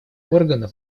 органа